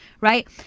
right